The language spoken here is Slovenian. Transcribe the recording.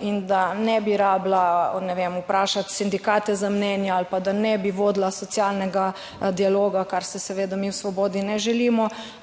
in da ne bi rabila, ne vem, vprašati sindikate za mnenje ali pa da ne bi vodila socialnega dialoga, kar se seveda mi v Svobodi ne želimo,